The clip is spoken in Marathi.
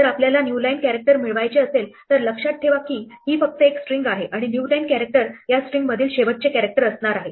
जर आपल्याला न्यू लाईन कॅरेक्टर मिळवायचे असेल तर लक्षात ठेवा की ही फक्त एक स्ट्रिंग आहे आणि न्यू लाईन कॅरेक्टर या स्ट्रिंगमधील शेवटचे कॅरेक्टर असणार आहे